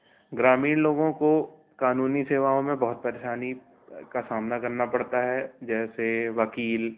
ग्रामीण लोगों को कानूनी सेवाओं में बहुत परेशानी का सामना करना पड़ता है जैसे वकील